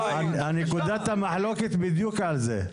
נקודת המחלוקת בדיוק על זה.